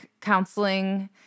counseling